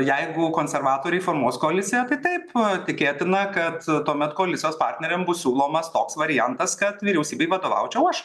jeigu konservatoriai formuos koaliciją tai taip pat tikėtina kad tuomet koalicijos partneriam bus siūlomas toks variantas kad vyriausybei vadovaučiau aš